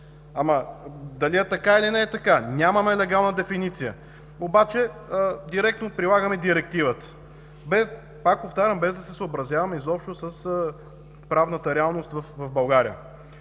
Но дали е така или не е така? Нямаме легална дефиниция, обаче директно прилагаме директивата, пак повтарям, без да се съобразяваме изобщо с правната реалност в България.